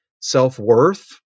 self-worth